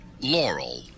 Laurel